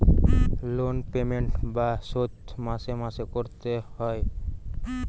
loan payment বা শোধ মাসে মাসে করতে এ হয়